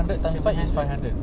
seven hundred